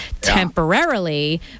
temporarily